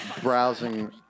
browsing